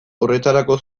horretarako